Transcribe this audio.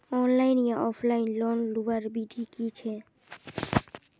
Online या offline loan लुबार विधि की छे?